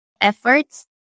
efforts